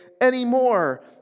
anymore